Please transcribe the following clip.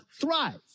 thrive